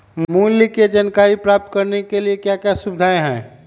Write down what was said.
मूल्य के जानकारी प्राप्त करने के लिए क्या क्या सुविधाएं है?